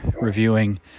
reviewing